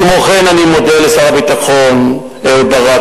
כמו כן אני מודה לשר הביטחון אהוד ברק,